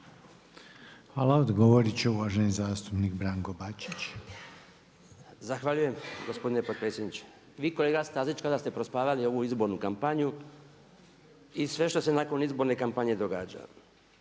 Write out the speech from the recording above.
Hvala. Odgovoriti će uvaženi zastupnik Branko Bačić. **Bačić, Branko (HDZ)** Zahvaljujem gospodine potpredsjedniče. Vi kolega Stazić kao da ste prospavali ovu izbornu kampanju i sve što se nakon izborne kampanje događalo.